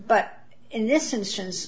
but in this instance